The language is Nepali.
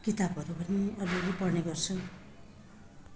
किताबहरू पनि अलिअलि पढ्ने गर्छु